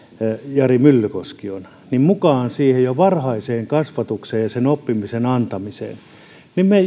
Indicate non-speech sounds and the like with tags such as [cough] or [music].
jari myllykoski on mukaan jo siihen varhaiseen kasvatukseen ja sen oppimisen antamiseen niin me [unintelligible]